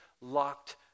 locked